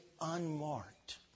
unmarked